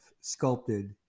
sculpted